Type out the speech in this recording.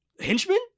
henchman